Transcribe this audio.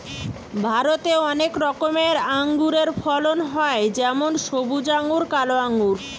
ভারতে অনেক রকমের আঙুরের ফলন হয় যেমন সবুজ আঙ্গুর, কালো আঙ্গুর